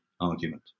argument